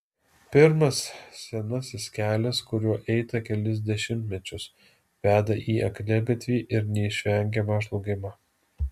pirmas senasis kelias kuriuo eita kelis dešimtmečius veda į akligatvį ir neišvengiamą žlugimą